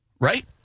right